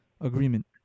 agreement